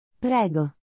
Prego